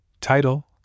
Title